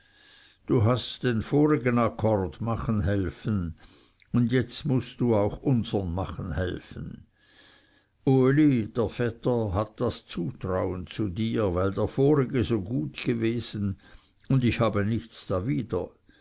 du hast den vorigen akkord machen helfen und jetzt mußt auch unsern machen helfen uli der vetter hat das zutrauen zu dir weil der vorige so gut gewesen und ich habe nichts dawider